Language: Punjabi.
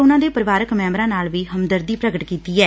ਉਨੂਾ ਦੇ ਪਰਿਵਾਰਕ ਮੈਂਬਰਾਂ ਨਾਲ ਵੀ ਹੱਮਦਰਦੀ ਪ੍ਰਗਟ ਕੀਤੀ ਐ